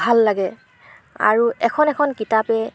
ভাল লাগে আৰু এখন এখন কিতাপে